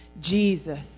Jesus